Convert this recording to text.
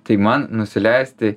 tai man nusileisti